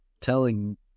telling